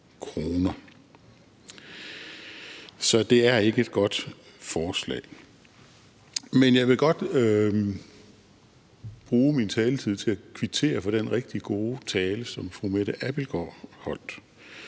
Så det er ikke et godt forslag. Men jeg vil godt bruge min taletid til at kvittere for den rigtig gode tale, som fru Mette Abildgaard holdt.